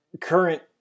current